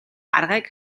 аргыг